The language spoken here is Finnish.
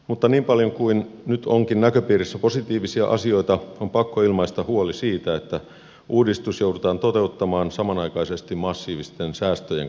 mutta niin paljon kuin nyt onkin näköpiirissä positiivisia asioita on pakko ilmaista huoli siitä että uudistus joudutaan toteuttamaan samanaikaisesti massiivisten säästöjen kanssa